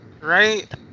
Right